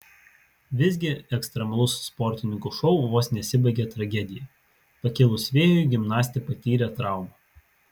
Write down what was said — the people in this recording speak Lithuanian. visgi ekstremalus sportininkų šou vos nesibaigė tragedija pakilus vėjui gimnastė patyrė traumą